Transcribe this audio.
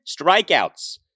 strikeouts